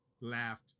laughed